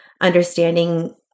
understanding